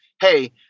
hey